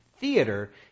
theater